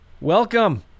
Welcome